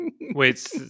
wait